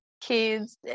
kids